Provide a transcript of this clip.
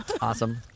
Awesome